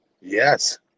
Yes